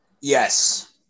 Yes